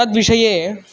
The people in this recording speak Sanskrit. तद्विषये